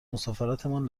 مسافرتمان